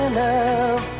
love